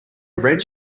red